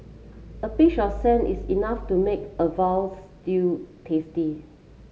a pinch of is enough to make a veal stew tasty